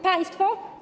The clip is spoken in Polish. Państwo?